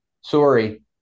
sorry